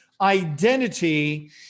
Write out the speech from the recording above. identity